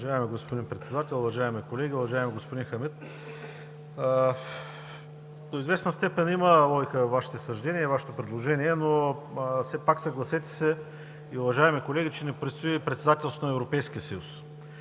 Уважаеми господин председател, уважаеми колеги, уважаеми господин Хамид! До известна степен има логика Във Вашите съждения и предложения, но, все пак, съгласете се, уважаеми колеги, че ни предстои председателството на Европейския съюз.